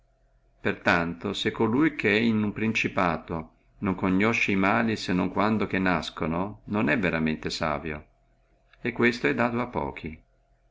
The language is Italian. tanto colui che in uno principato non conosce e mali quando nascono non è veramente savio e questo è dato a pochi